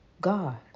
God